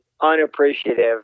unappreciative